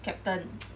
captain